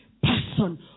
person